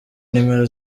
nimero